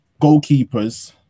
goalkeepers